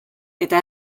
eta